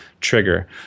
trigger